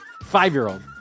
five-year-old